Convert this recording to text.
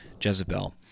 Jezebel